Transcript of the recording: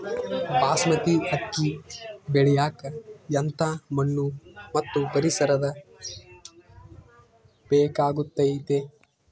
ಬಾಸ್ಮತಿ ಅಕ್ಕಿ ಬೆಳಿಯಕ ಎಂಥ ಮಣ್ಣು ಮತ್ತು ಪರಿಸರದ ಬೇಕಾಗುತೈತೆ?